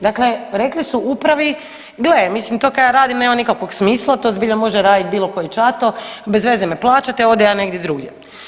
Dakle, rekli su upravi gle, mislim to kaj ja radim nema nikakvog smisla, to zbilja može raditi bilo koji ćato, bez veze me plaćate, odo ja negdje drugdje.